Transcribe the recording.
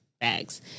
bags